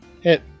Hit